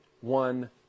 one